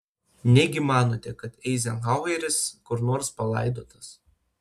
negi manote kad eizenhaueris kur nors palaidotas